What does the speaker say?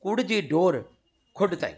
कूड़ जी डोर खुड ताईं